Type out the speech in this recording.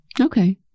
Okay